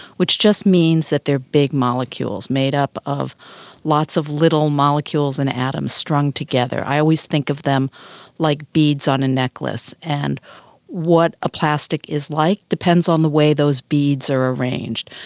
which just means that they are big molecules made up of lots of little molecules and atoms strung together. i always think of them like beads on a necklace, and what a plastic is like depends on the way those beads are arranged.